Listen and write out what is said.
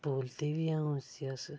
बोलदे बी आं उसी अस